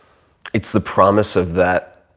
it's the promise of that